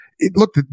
look